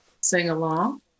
sing-along